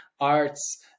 arts